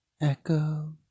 echo